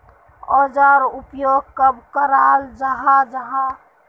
औजार उपयोग कब कराल जाहा जाहा?